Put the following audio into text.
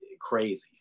crazy